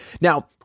now